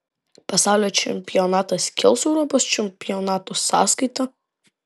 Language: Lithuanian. pasaulio čempionatas kils europos čempionato sąskaita